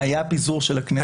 היה פיזור של הכנסת.